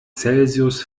celsius